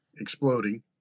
exploding